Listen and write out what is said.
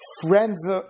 friends